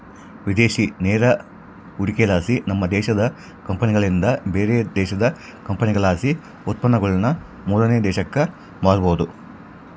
ವಿದೇಶಿ ನೇರ ಹೂಡಿಕೆಲಾಸಿ, ನಮ್ಮ ದೇಶದ ಕಂಪನಿಲಿಂದ ಬ್ಯಾರೆ ದೇಶದ ಕಂಪನಿಲಾಸಿ ಉತ್ಪನ್ನಗುಳನ್ನ ಮೂರನೇ ದೇಶಕ್ಕ ಮಾರಬೊದು